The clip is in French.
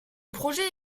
projet